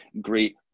great